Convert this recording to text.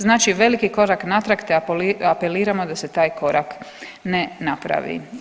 Znači veliki korak natrag, te apeliramo da se taj korak ne napravi.